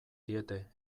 diete